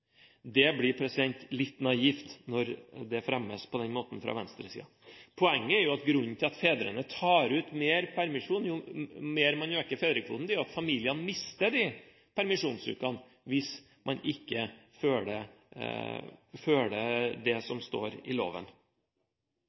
Det blir litt naivt når det fremmes på den måten fra venstresiden. Grunnen til at fedrene tar ut mer permisjon jo mer man øker fedrekvoten, er jo at familien mister permisjonsukene hvis man ikke følger det som står i loven.